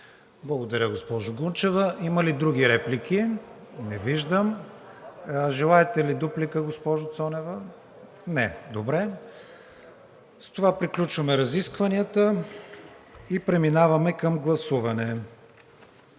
Благодаря, госпожо Гунчева. Има ли други реплики? Не виждам. Желаете ли дуплика, госпожо Цонева? Не. С това приключваме разискванията и преминаваме към гласуване.